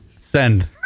Send